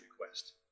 request